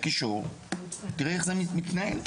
על מנת שיוכלו גם לתכנן את העניינים